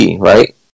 right